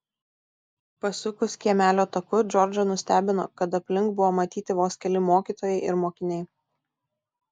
pasukus kiemelio taku džordžą nustebino kad aplink buvo matyti vos keli mokytojai ir mokiniai